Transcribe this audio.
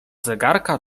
zegarka